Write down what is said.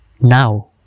now